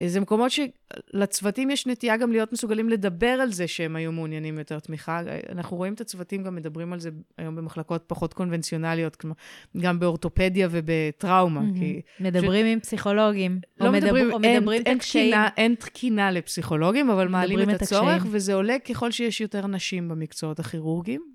איזה מקומות שלצוותים יש נטייה גם להיות מסוגלים לדבר על זה שהם היו מעוניינים יותר תמיכה. אנחנו רואים את הצוותים, גם מדברים על זה היום במחלקות פחות קונבנציונליות, גם באורתופדיה ובטראומה, כי... מדברים עם פסיכולוגים, או מדברים את הקשיים. אין תקינה לפסיכולוגים, אבל מעלים את הצורך, וזה עולה ככל שיש יותר נשים במקצועות הכירורגיים.